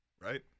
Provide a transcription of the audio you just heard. Right